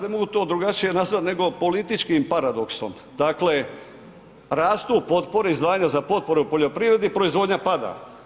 Kolega Maras, ne mogu to drugačije nazvat nego političkim paradoksom, dakle rastu potpore, izdvajanja za potpore u poljoprivredi, proizvodnja pada.